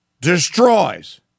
destroys